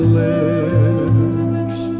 lips